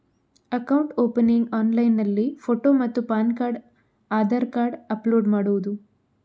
Account opening ಆನ್ಲೈನ್ನಲ್ಲಿ photo ಮತ್ತು PAN card Aadhaar card upload ಮಾಡುವುದು?